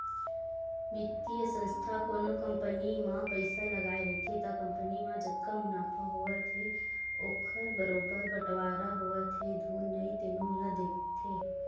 बित्तीय संस्था कोनो कंपनी म पइसा लगाए रहिथे त कंपनी म जतका मुनाफा होवत हे ओखर बरोबर बटवारा होवत हे धुन नइ तेनो ल देखथे